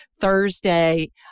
Thursday